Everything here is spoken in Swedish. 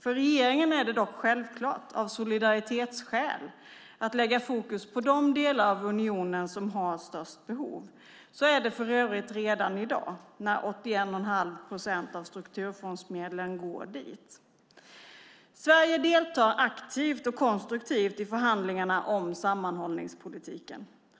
För regeringen är det dock, av solidaritetsskäl, självklart att lägga fokus på de delar av unionen som har störst behov. Så är det för övrigt redan i dag när 81,5 procent av strukturfondsmedlen går dit. Sverige deltar aktivt och konstruktivt i förhandlingarna om sammanhållningspolitiken.